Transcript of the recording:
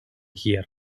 here